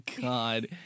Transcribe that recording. god